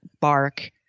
bark